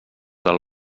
del